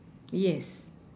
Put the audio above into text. yes